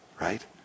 right